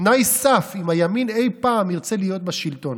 תנאי סף, אם הימין ירצה אי פעם להיות בשלטון.